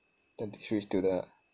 dentistry student ah